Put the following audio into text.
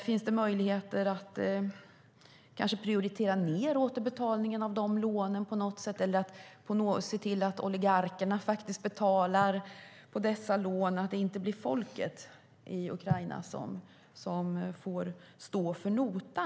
Finns det möjligheter för att på något sätt prioritera ned återbetalningen av de lånen eller se till att oligarkerna faktiskt betalar på dessa lån så att det inte blir folket i Ukraina som får stå för notan?